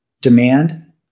demand